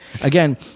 Again